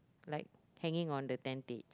like hanging on the tentage